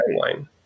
timeline